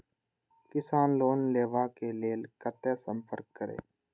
किसान लोन लेवा के लेल कते संपर्क करें?